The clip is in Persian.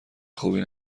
خوبی